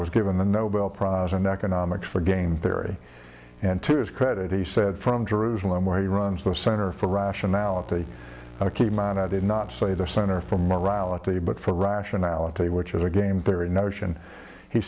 was given the nobel prize in economics for game theory and to his credit he said from jerusalem where he runs the center for rationality keep in mind i did not say the center for morality but for rationality which is a game theory notion he